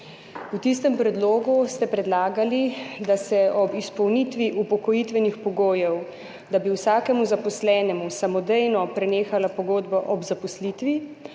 V tistem predlogu ste predlagali, da bi ob izpolnitvi upokojitvenih pogojev vsakemu zaposlenemu samodejno prenehala pogodba o zaposlitvi,